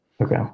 Okay